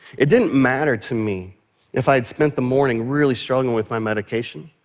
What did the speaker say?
it didn't matter to me if i'd spent the morning really struggling with my medication,